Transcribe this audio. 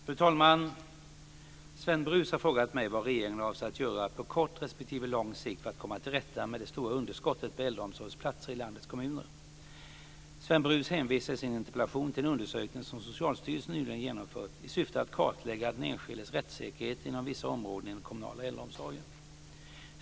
Fru talman! Sven Brus har frågat mig vad regeringen avser att göra på kort respektive lång sikt för att komma till rätta med det stora underskottet på äldreomsorgsplatser i landets kommuner. Sven Brus hänvisar i sin interpellation till en undersökning som Socialstyrelsen nyligen genomfört i syfte att kartlägga den enskildes rättssäkerhet inom vissa områden i den kommunala äldreomsorgen.